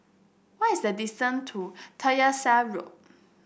what is the distant to Tyersall Road